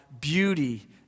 beauty